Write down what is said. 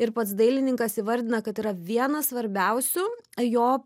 ir pats dailininkas įvardina kad yra vienas svarbiausių jo